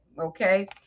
okay